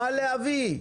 מה להביא?